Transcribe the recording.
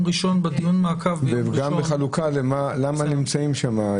וגם בחלוקה למה נמצאים שם.